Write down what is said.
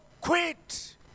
quit